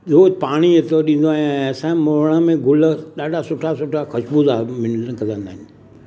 रोज़ु पाणी एतिरो ॾींदो आहियां ऐं असांजे मोड़ण में ग़ुल ॾाढा सुठा सुठा ख़ूश्बूदार ग़ुल निकिरंदा आहिनि